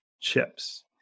chips